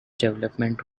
development